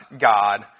God